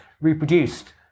reproduced